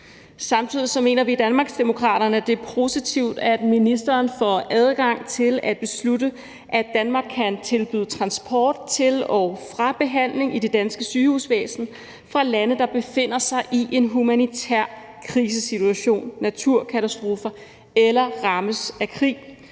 Samtidig mener vi i Danmarksdemokraterne, at det er positivt, at ministeren får adgang til at beslutte, at Danmark kan tilbyde transport til og fra behandling i det danske sygehusvæsen fra lande, der befinder sig i en humanitær krisesituation, eller som bliver ramt af